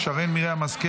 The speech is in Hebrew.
שרן מרים השכל